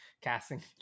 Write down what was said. casting